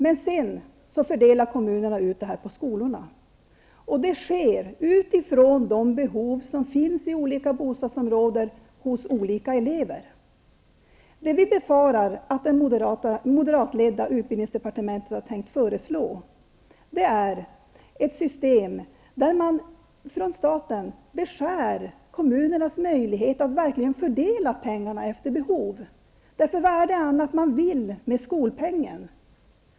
Men sedan fördelar kommunerna ut pengarna till skolorna, och det sker utifrån de behov som finns i olika bostadsområden och hos olika elever. Det vi befarar att det moderatledda utbildningsdepartementet har tänkt föreslå är ett system där staten beskär kommunernas möjligheter att verkligen fördela pengarna efter behov. Vad annat är det man vill med skolpengen?